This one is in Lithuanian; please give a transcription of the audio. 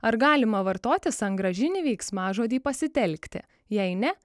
ar galima vartoti sangrąžinį veiksmažodį pasitelkti jei ne